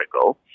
ago